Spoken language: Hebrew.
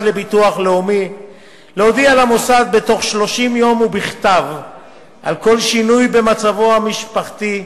לביטוח לאומי להודיע למוסד בתוך 30 יום ובכתב על כל שינוי במצבו המשפחתי,